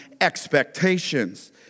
expectations